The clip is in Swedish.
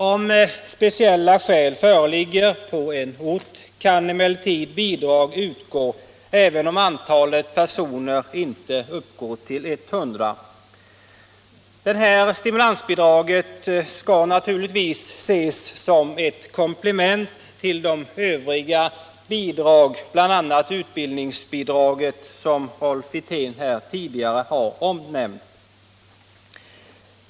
När speciella skäl föreligger på en ort, kan emellertid bidrag utgå även om antalet personer inte når upp till 100. Detta stimulansbidrag skall naturligtvis ses som ett komplement till övriga bidrag, bl.a. utbildningsbidraget, som Rolf Wirtén tidigare har omnämnt.